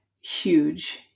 huge